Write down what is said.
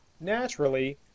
Naturally